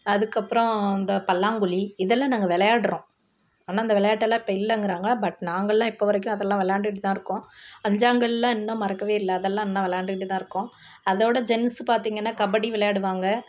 அதுக்கு அப்புறம் இந்த பல்லாங்குழி இதெல்லாம் நாங்கள் விளையாட்றோம் ஆனால் இந்த விளையாட்டெல்லாம் இப்போ இல்லைங்குறாங்க பட் நாங்கெல்லாம் இப்போ வரைக்கும் அதெல்லாம் விளயாண்டுக்கிட்டு தான் இருக்கோம் அஞ்சாங்கல்லாம் இன்னும் மறக்கவே இல்லை அதெல்லாம் இன்னும் விளயாண்டுக்கிட்டு தான் இருக்கோம் அதவிட ஜென்ஸு பார்த்திங்கன்னா கபடி விளையாடுவாங்க